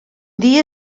dia